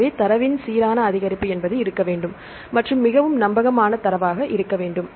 எனவே தரவின் சீரான அதிகரிப்பு என்பது இருக்க வேண்டும் மற்றும் மிகவும் நம்பகமான தரவாக இருக்க வேண்டும்